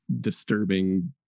disturbing